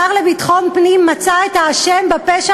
השר לביטחון פנים מצא את האשם בפשע